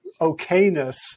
okayness